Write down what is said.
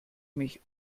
mich